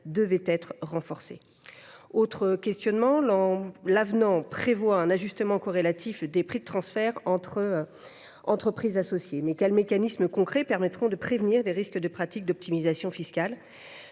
devaient être renforcés. Ensuite, l’avenant prévoit un ajustement corrélatif des prix de transfert entre entreprises associées. Quels mécanismes concrets permettront cependant de prévenir les risques de pratiques d’optimisation fiscale ?